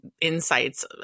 insights